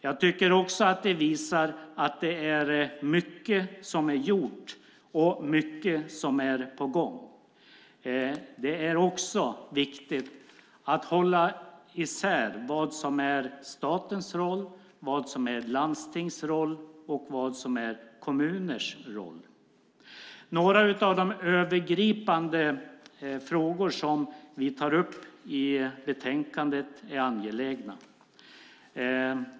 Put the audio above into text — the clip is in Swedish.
Jag tycker att det visar att det är mycket som är gjort och mycket som är på gång. Det är också viktigt att hålla isär vad som är statens roll, vad som är landstingets roll och vad som är kommunens roll. Några av de övergripande frågor som vi tar upp i betänkandet är angelägna.